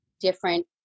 different